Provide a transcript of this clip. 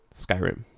Skyrim